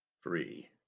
free